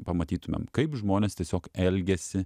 pamatytumėm kaip žmonės tiesiog elgiasi